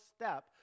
step